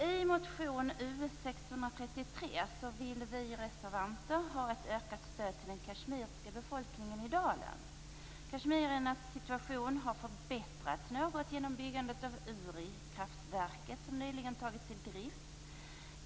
I motion U633 framhålls att vi vill ha ett ökat stöd till den kashmirska befolkningen i dalen. Kashmirernas situation har förbättrats något genom byggandet av Urikraftverket, som nyligen tagits i drift.